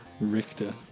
Richter